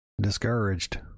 Discouraged